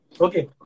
okay